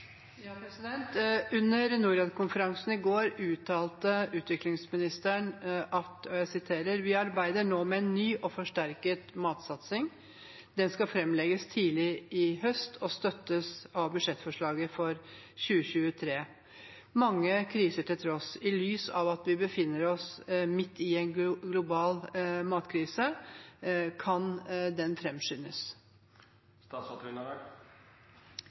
i går uttalte utviklingsministeren: «Vi arbeider nå med en ny og forsterket matsatsing. Den skal framlegges tidlig i høst, og støttes av budsjettforslaget for 2023.» Mange kriser til tross og i lys av at vi befinner oss midt i en global matkrise – kan den